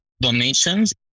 donations